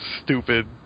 stupid